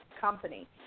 company